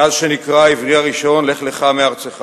מאז נקרא העברי הראשון "לך לך מארצך